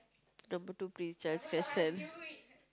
number two please just can send